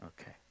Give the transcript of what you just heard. okay